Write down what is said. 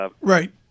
Right